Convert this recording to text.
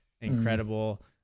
incredible